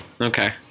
Okay